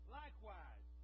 likewise